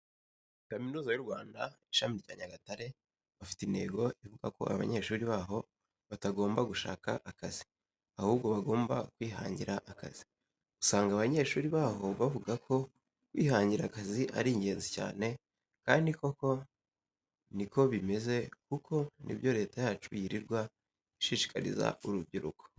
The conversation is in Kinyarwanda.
Kaminuza y'u Rwanda ishami rya Nyagatare bafite intego ivuga ko abanyeshuri baho batagomba gushaka akazi, ahubwo bagomba kwihangira akazi. Usanga abanyeshuri baho bavuga ko kwihangira akazi ari ingenzi cyane kandi koko ni ko bimeze kuko ni byo leta yacu yirirwa ishishikariza urubyiruko.